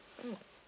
mmhmm